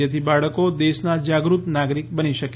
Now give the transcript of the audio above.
જેથી બાળકો દેશના જાગૃત નાગરિક બની શકે